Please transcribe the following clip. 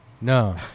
No